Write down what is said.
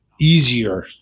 easier